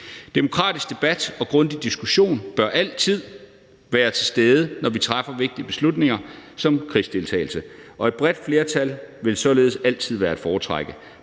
Demokratisk debat og grundig diskussion bør altid være til stede, når vi træffer vigtige beslutninger, f.eks. om krigsdeltagelse, og et bredt flertal vil således altid være at foretrække.